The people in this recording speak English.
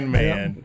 man